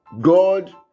God